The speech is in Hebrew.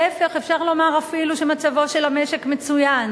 להיפך, אפשר לומר אפילו שמצבו של המשק מצוין.